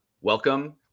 Welcome